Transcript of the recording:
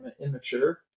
immature